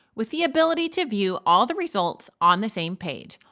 with the ability to view all the results on the same page.